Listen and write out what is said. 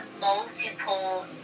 multiple